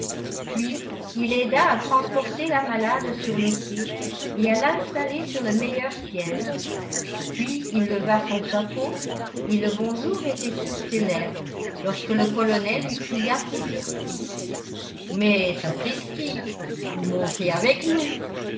puis il aida à transporter la malade sur le quai et à l'installer sur le meilleur siège puis il leva son chapeau et le bonjour était sur ses lèvres lorsque le colonel lui cria tout surpris mais sapristi vous montez avec nous